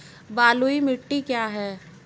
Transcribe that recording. बलुई मिट्टी क्या है?